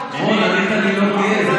אהה, רון, ענית לי: לא תהיה.